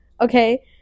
okay